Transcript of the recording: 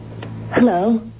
Hello